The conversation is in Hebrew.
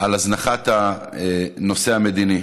הזנחת הנושא המדיני.